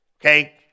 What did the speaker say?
okay